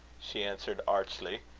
she answered archly.